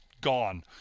gone